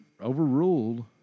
overruled